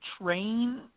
train